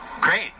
great